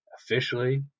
officially